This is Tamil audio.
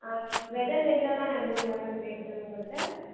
ஆ ம் வெதை நெல்லெலாம் எவ்வளோ மேடம் ரேட்டு உங்கள்கிட்ட